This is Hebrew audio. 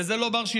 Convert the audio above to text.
וזה לא בר-שינוי.